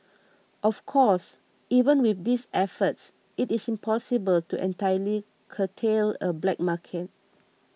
of course even with these efforts it is impossible to entirely curtail a black market